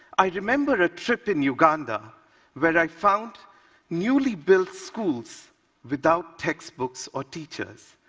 i remember a trip in uganda where i found newly built schools without textbooks or teachers,